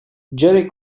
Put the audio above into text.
jerry